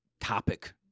topic